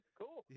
cool